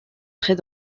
très